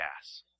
gas